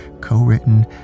co-written